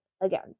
again